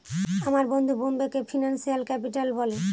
আমার বন্ধু বোম্বেকে ফিনান্সিয়াল ক্যাপিটাল বলে